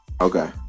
Okay